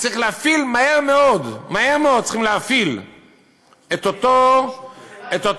צריך להפעיל מהר מאוד את אותו מינהל